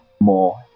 more